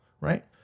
right